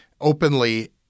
openly